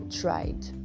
tried